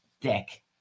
Dick